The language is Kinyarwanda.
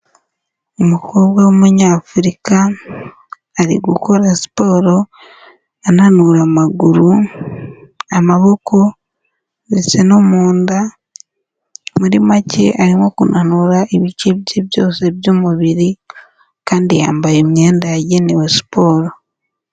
Umukobwa w'umunyafurika ari gukora siporo ananura amaguru, amaboko ndetse no mu nda, muri make arimo kunanura ibice bye byose by'umubiri kandi yambaye imyenda yagenewe siporo.